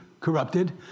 corrupted